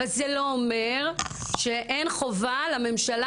אבל זה לא אומר שאין חובה על הממשלה